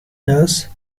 nurse